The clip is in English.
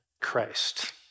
Christ